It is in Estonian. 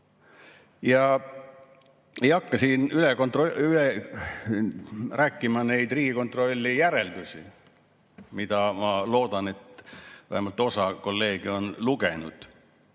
ei hakka siin üle rääkima neid Riigikontrolli järeldusi, mida, ma loodan, vähemalt osa kolleege on lugenud.